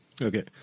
Okay